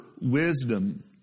wisdom